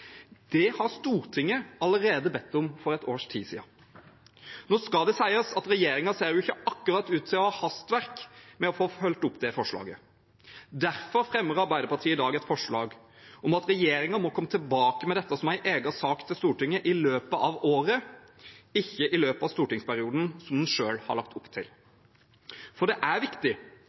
Det har Stortinget allerede bedt om – for et års tid siden. Nå skal det sies at regjeringen ser ikke akkurat ut til å ha hastverk med å følge opp det forslaget. Derfor fremmer Arbeiderpartiet i dag et forslag om at regjeringen må komme tilbake med dette som en egen sak til Stortinget i løpet av året, ikke i løpet av stortingsperioden, som den selv har lagt opp til. For det er viktig